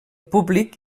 públic